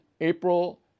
April